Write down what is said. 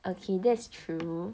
okay that's true